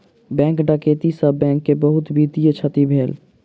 bank डकैती से bank के बहुत वित्तीय क्षति भेल